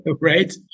right